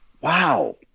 Wow